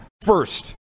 first